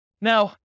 Now